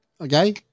Okay